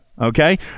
Okay